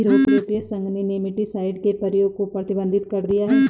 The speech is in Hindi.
यूरोपीय संघ ने नेमेटीसाइड के प्रयोग को प्रतिबंधित कर दिया है